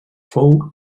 fou